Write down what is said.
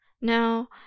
Now